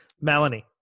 Melanie